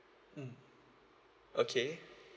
mm okay